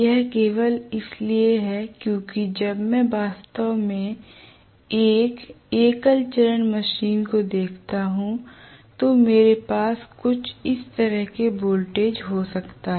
यह केवल इसलिए है क्योंकि जब मैं वास्तव में एक एकल चरण मशीन को देखता हूं तो मेरे पास कुछ इस तरह से वोल्टेज हो सकता है